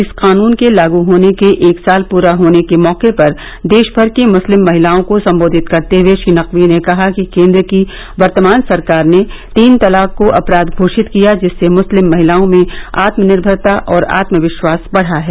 इस कानून के लागू होने के एक साल पूरा होने के मौके पर देश भर की मुस्लिम महिलाओं को संबोधित करते हुए श्री नकवी ने कहा कि केन्द्र की वर्तमान सरकार ने तीन तलाक को अपराध घोषित किया जिससे मुस्लिम महिलाओं में आत्मनिर्भरता और आत्मविश्वास बढ़ा है